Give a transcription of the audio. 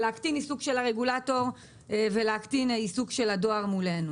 להקטין עיסוק של הרגולטור ולהקטין עיסוק של הדואר מולנו.